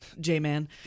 J-Man